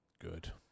Good